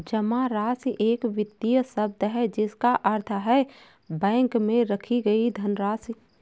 जमा राशि एक वित्तीय शब्द है जिसका अर्थ है बैंक में रखी गई धनराशि